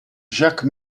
jacques